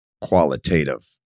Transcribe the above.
qualitative